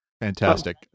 Fantastic